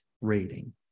rating